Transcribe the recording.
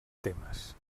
temes